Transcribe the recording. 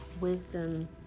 wisdom